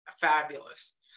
fabulous